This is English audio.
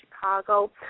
Chicago